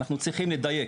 אנחנו צריכים לדייק.